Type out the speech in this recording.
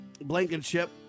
Blankenship